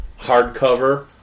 hardcover